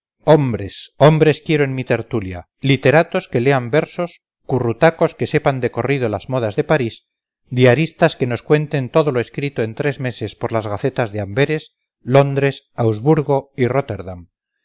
hombres hombres quiero en mi tertulia literatos que lean versos currutacos que sepan de corrido las modas de parís diaristas que nos cuenten todo lo escrito en tres meses por las gacetas de amberes londres augsburgo y rotterdam